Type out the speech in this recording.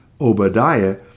Obadiah